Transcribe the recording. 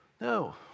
No